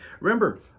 Remember